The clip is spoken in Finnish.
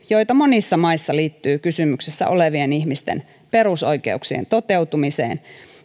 joita monissa maissa liittyy kysymyksessä olevien ihmisten perusoikeuksien toteutumiseen